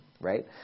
right